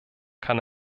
kann